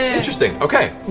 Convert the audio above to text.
interesting! okay.